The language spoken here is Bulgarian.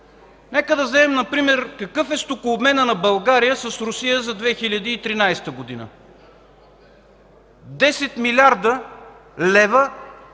Нека да вземем например какъв е стокообменът на България с Русия за 2013 г. – 10 млрд. лв.